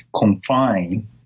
confine